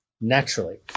naturally